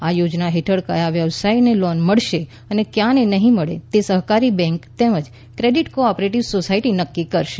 આ થોજના હેઠળ કથા વ્યવસાથને લોન મળશે અને કથા ને નહીં તે સહકારી બેન્ક તેમજ ક્રેડિટ કો ઓપરેટિવ સોસાયટી નક્કી કરશે